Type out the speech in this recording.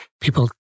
people